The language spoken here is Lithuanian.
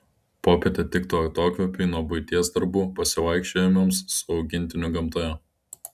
popietė tiktų atokvėpiui nuo buities darbų pasivaikščiojimams su augintiniu gamtoje